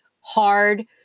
hard